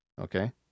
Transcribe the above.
Okay